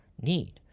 need